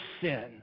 sin